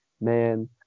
man